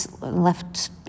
left